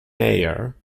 mayer